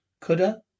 Coulda